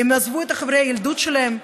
הם עזבו את חברי הילדות שלהם,